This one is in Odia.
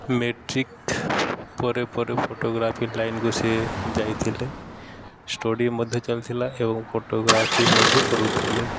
ମେଟ୍ରିକ୍ ପରେ ପରେ ଫଟୋଗ୍ରାଫି ଲାଇନ୍କୁ ସେ ଯାଇଥିଲେ ଷ୍ଟଡ଼ି ମଧ୍ୟ ଚାଲିଥିଲା ଏବଂ ଫଟୋଗ୍ରାଫି ମଧ୍ୟ କରୁଥିଲେ